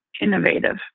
innovative